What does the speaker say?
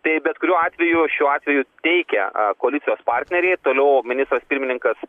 tai bet kuriuo atveju šiuo atveju teikia koalicijos partneriai toliau ministras pirmininkas